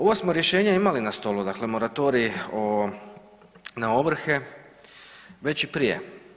Ovo smo rješenje imali na stolu dakle moratorij o, na ovrhe već i prije.